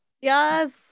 yes